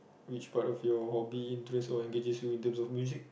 which part of your hobby interests or engages you in terms of music